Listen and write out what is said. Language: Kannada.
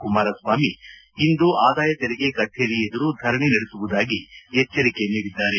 ಕುಮಾರಸ್ವಾಮಿ ಇಂದು ಆದಾಯ ತೆರಿಗೆ ಕಚೇರಿ ಎದುರು ಧರಣಿ ನಡೆಸುವುದಾಗಿ ಎಚ್ಚರಿಕೆ ನೀಡಿದ್ದಾರೆ